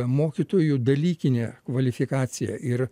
mokytojų dalykinė kvalifikacija ir